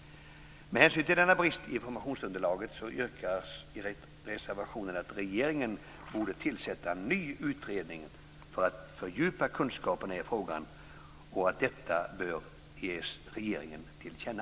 Med hänsyn till denna brist i informationsunderlaget yrkas i reservationen att regeringen borde tillsätta en ny utredning för att fördjupa kunskaperna i frågan och att detta ska ges regeringen till känna.